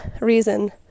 reason